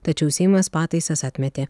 tačiau seimas pataisas atmetė